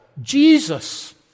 Jesus